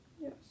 Yes